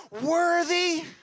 worthy